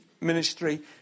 ministry